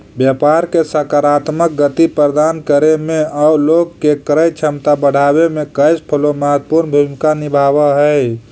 व्यापार के सकारात्मक गति प्रदान करे में आउ लोग के क्रय क्षमता बढ़ावे में कैश फ्लो महत्वपूर्ण भूमिका निभावऽ हई